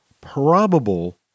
probable